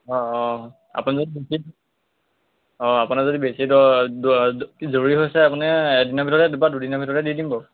অঁ অঁ আপুনি যদি দুদিন অঁ আপোনাৰ যদি বেছি কি জৰুৰী হৈছে আপুনি এদিনৰ ভিতৰতে বা দুদিনৰ ভিতৰতে দি দিম বাৰু